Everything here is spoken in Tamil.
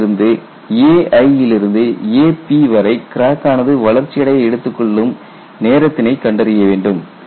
இவற்றிலிருந்து ai லிருந்து ap வரை கிராக் ஆனது வளர்ச்சி அடைய எடுத்துக்கொள்ளும் நேரத்தினை கண்டறிய வேண்டும்